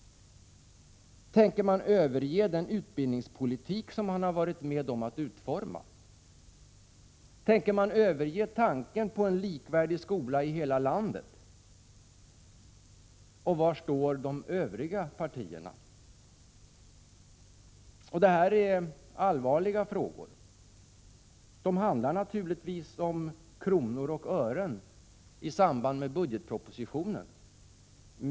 Tänker regeringen överge den utbildnings politik som man har varit med om att utforma? Tänker regeringen överge tanken på en likvärdig skola i hela landet? Var står de övriga partierna? Det här är allvarliga frågor. Det handlar naturligtvis om kronor och ören i samband med budgetpropositionen.